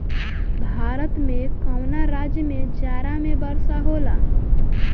भारत के कवना राज्य में जाड़ा में वर्षा होला?